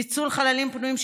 ניצול חללים פנויים,